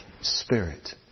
spirit